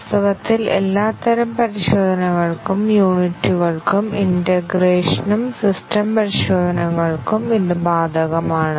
വാസ്തവത്തിൽ എല്ലാത്തരം പരിശോധനകൾക്കും യൂണിറ്റുകൾക്കും ഇന്റേഗ്രേഷനും സിസ്റ്റം പരിശോധനകൾക്കും ഇത് ബാധകമാണ്